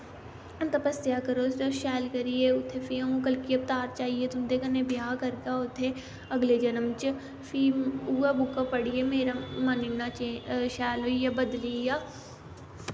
तपस्सेआ करो तुस शैल करियै उत्थें फ्ही अ'ऊं कलकी अवतार च आईयै तुन्दे कन्ने ब्याह् करगा उत्थै अगले जन्म च फ्ही उऐ बुक्कां पढ़ियै मेरा मन इन्ना चेंज शैल होई गेआ बदली आ